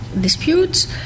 disputes